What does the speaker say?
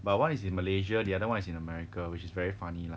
but one is in malaysia the other one is in america which is very funny lah